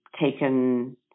taken